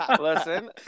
listen